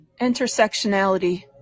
intersectionality